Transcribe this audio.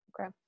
Okay